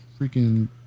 freaking